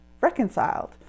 reconciled